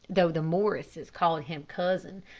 though the morrises called him cousin,